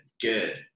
good